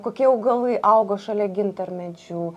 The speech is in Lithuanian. kokie augalai augo šalia gintarmedžių